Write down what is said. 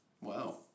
Wow